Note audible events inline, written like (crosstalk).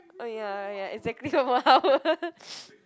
oh ya ya exactly one more hour (laughs)